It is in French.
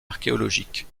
archéologiques